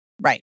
Right